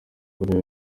korea